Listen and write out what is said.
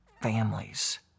families